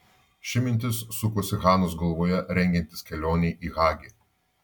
ši mintis sukosi hanos galvoje rengiantis kelionei į hagi